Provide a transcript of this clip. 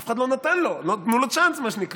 אף אחד לא נתן לו, לא נתנו לו צ'אנס, מה שנקרא.